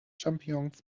champignons